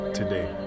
today